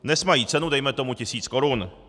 Dnes mají cenu dejme tomu tisíc korun.